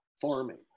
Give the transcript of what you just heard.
farming